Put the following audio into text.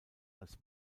als